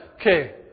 okay